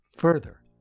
Further